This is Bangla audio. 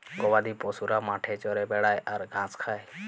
গবাদি পশুরা মাঠে চরে বেড়ায় আর ঘাঁস খায়